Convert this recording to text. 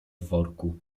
worku